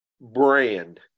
brand